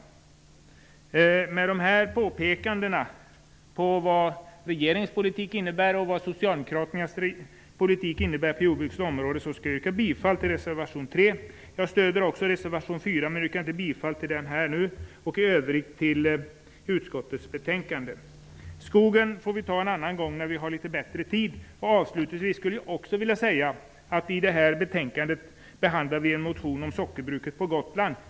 Med de här påpekandena angående vad regeringens politik innebär och vad Socialdemokraternas politik innebär på jordbrukets område vill jag yrka bifall till reservation 3. Jag stödjer också reservation 4 men yrkar inte bifall till den. I övrigt yrkar jag bifall till utskottets hemställan. Skogen får vi ta upp till debatt en annan gång, när vi har litet mer tid. Avslutningsvis: I det här betänkandet behandlas en motion om sockerbruket på Gotland.